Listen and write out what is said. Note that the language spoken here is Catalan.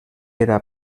era